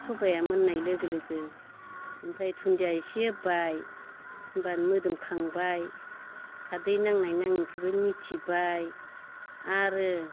सबाइआ मोननाय लोगो लोगो ओमफ्राय दुन्दिया एसे होबाय होनबानो मोदोमखांबाय खारदै नांनाय नाङैखौबो मिथिबाय आरो